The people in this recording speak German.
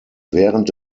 während